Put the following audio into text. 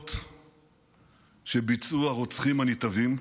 המחרידות שביצעו הרוצחים הנתעבים,